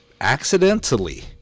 accidentally